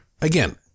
again